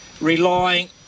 relying